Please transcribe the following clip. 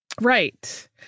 right